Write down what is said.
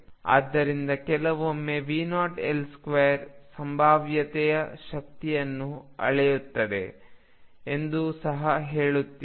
ಆದ್ದರಿಂದ ಕೆಲವೊಮ್ಮೆ V0L2 ಸಂಭಾವ್ಯತೆಯ ಶಕ್ತಿಯನ್ನು ಅಳೆಯುತ್ತದೆ ಎಂದು ಸಹ ಹೇಳುತ್ತೀರಿ